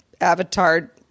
avatar